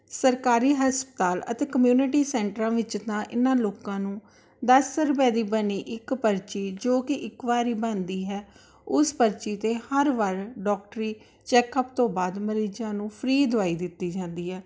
ਸਰਕਾਰੀ ਹਸਪਤਾਲ ਅਤੇ ਕਮਿਊਨਿਟੀ ਸੈਂਟਰਾਂ ਵਿੱਚ ਤਾਂ ਇਹਨਾਂ ਲੋਕਾਂ ਨੂੰ ਦਸ ਰੁਪਏ ਦੀ ਬਣੀ ਇੱਕ ਪਰਚੀ ਜੋ ਕਿ ਇੱਕ ਵਾਰੀ ਬਣਦੀ ਹੈ ਉਸ ਪਰਚੀ 'ਤੇ ਹਰ ਵਾਰ ਡਾਕਟਰੀ ਚੈੱਕਅਪ ਤੋਂ ਬਾਅਦ ਮਰੀਜ਼ਾਂ ਨੂੰ ਫਰੀ ਦਵਾਈ ਦਿੱਤੀ ਜਾਂਦੀ ਹੈ